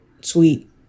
sweet